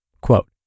Quote